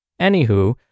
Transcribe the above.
Anywho